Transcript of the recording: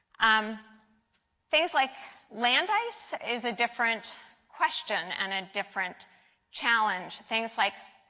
um things like land ice is a different question and a different challenge. things like